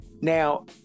Now